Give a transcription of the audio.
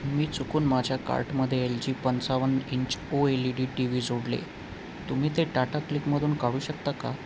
मी चुकून माझ्या कार्टमध्ये एल जी पंचावन्न inch O L E D T V जोडले तुम्ही ते टाटा क्लिकमधून काढू शकता का